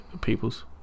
Peoples